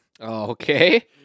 Okay